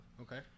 Okay